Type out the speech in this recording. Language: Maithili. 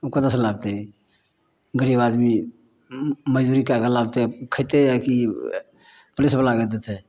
उ कतऽ सँ लाबतय गरीब आदमी उ मजदूरी कए कए लाबतय उ खैतय आओर कि पुलिसवला के देतय